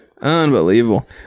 unbelievable